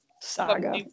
saga